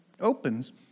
opens